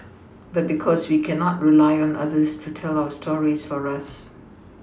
but because we cannot rely on others to tell our stories for us